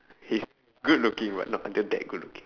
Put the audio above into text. he's good looking but not until that good looking